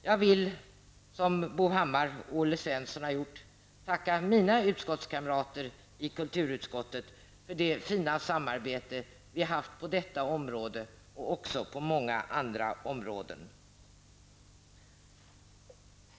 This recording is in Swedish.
Jag vill, som Bo Hammar och Olle Svensson har gjort, tacka mina utskottskamrater i kulturutskottet för det fina samarbete vi har haft på detta område och också på många andra områden.